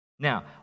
Now